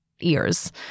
ears